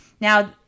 Now